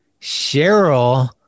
Cheryl